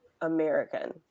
American